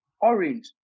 orange